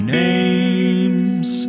names